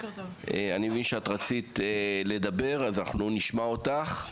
אני מבין שאת רצית לדבר, אז אנחנו נשמע אותך.